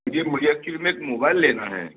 जी मुझे एक्चुली में एक मोबाइल लेना है